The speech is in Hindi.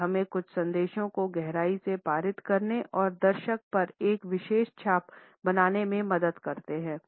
वे हमें कुछ संदेशों को गहराई से पारित करने और दर्शक पर एक विशेष छाप बनाने में मदद करते हैं